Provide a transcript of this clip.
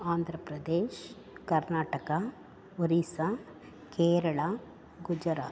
Andhra Pradesh Karnataka Orissa Kerala Gujarat